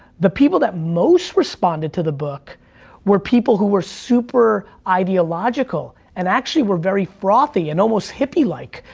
the people that most responded to the book were people who were super ideological, and actually were very frothy and almost hippy-like.